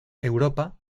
europa